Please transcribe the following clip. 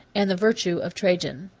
and the virtue of trajan.